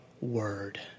word